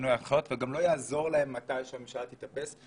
השינוי בהנחיות וגם לא יעזור להם כאשר הממשלה תתאפס.